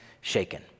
shaken